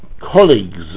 colleagues